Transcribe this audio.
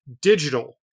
digital